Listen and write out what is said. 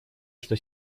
что